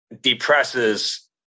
depresses